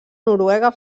noruega